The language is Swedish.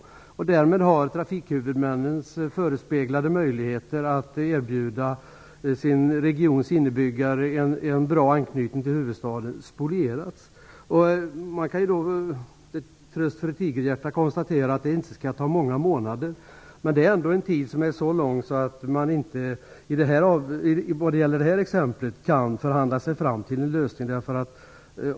Därmed har trafikhuvudmännens förespeglade möjligheter att erbjuda sin regions invånare en bra anknytning till huvudstaden spolierats. Man kan, tröst för ett tigerhjärta, konstatera att det inte skall ta så många månader. Det är ändå en så lång tid att man inte kan förhandla sig fram till en lösning.